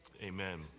amen